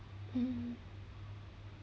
mm